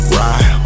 ride